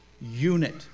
unit